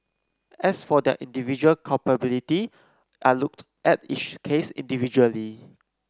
as for their individual culpability I looked at each case individually